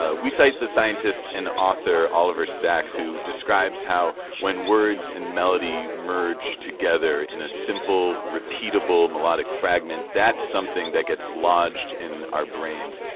ah we cite the scientist and author oliver sacks, who describes how, when words and melody merge together in a simple, repeatable melodic fragment, that's something that gets lodged in our brains.